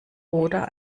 oder